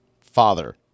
father